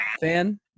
fan